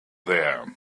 there